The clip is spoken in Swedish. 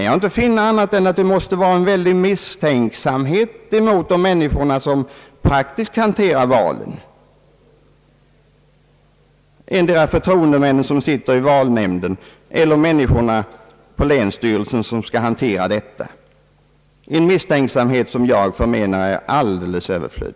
Jag tycker att vad man här från utskottets sida anför visar misstänksamhet mot de människor som praktiskt har hand om valen, antingen förtroendemännen som sitter i valnämnden eller vederbörande tjänstemän på länsstyrelserna. Denna misstänksamhet anser jag alldeles obefogad.